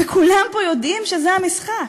וכולם פה יודעים שזה המשחק.